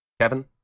Kevin